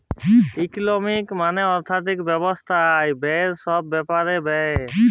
ইকলমি মালে আথ্থিক ব্যবস্থা আয়, ব্যায়ে ছব ব্যাপারে ব্যলে